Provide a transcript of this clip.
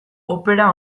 opera